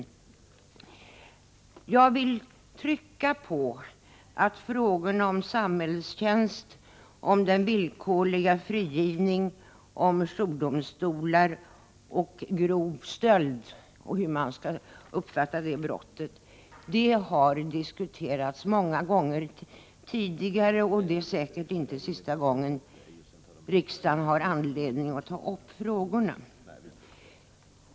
Jag vill trycka på att frågorna om samhällstjänst, om den villkorliga frigivningen, om jourdomstolar, om grov stöld och om hur man skall se på det brottet har diskuterats många gånger tidigare. Det är säkert inte sista gången riksdagen har anledning att ta upp frågorna.